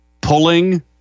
pulling